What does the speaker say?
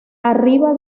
arriba